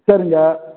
சரிங்க